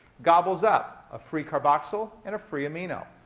gobbles up a free carboxyl and a free amino.